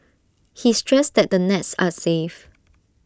he stressed that the nets are safe